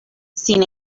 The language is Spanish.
sin